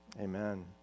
Amen